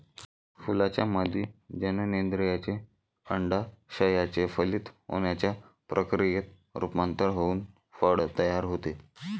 फुलाच्या मादी जननेंद्रियाचे, अंडाशयाचे फलित होण्याच्या प्रक्रियेत रूपांतर होऊन फळ तयार होते